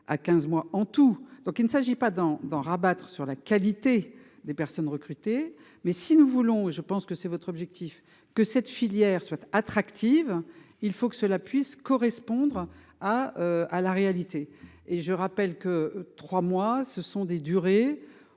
à 15 mois en tout donc il ne s'agit pas d'en d'en rabattre sur la qualité des personnes recrutées mais si nous voulons. Je pense que c'est votre objectif que cette filière soit attractive il faut que cela puisse correspondre à à la réalité et je rappelle que 3 mois, ce sont des durées